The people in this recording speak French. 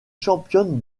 championne